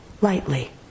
Lightly